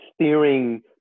steering